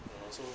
ya lor so